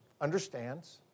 understands